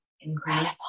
Incredible